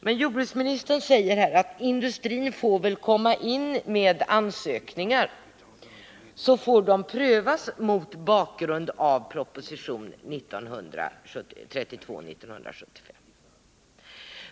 Men jordbruksministern säger att industrin får väl komma in med ansökningar så får de prövas mot bakgrund av proposition 1975:32.